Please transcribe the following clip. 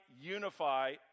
unify